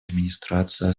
администрация